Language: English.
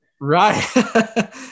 Right